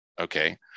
okay